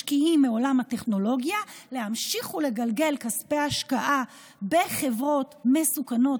משקיעים מעולם הטכנולוגיה להמשיך ולגלגל כספי השקעה בחברות מסוכנות,